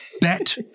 bet